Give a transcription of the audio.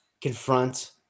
confront